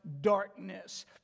darkness